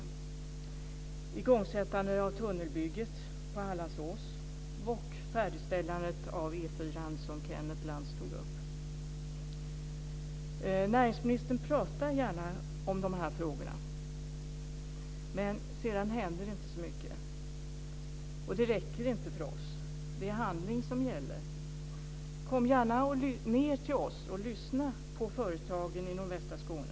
Vidare har vi igångsättandet av tunnelbygget på Hallandsås och färdigställandet av Näringsministern pratar gärna om de här frågorna men sedan händer det inte så mycket. Detta räcker inte för oss, utan det är handling som gäller. Kom gärna ned till oss och lyssna på företagen i nordvästra Skåne!